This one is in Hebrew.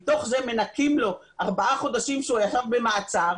מתוך זה מנכים לו ארבעה חודשים שהוא ישב במעצר,